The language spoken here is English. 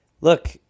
Look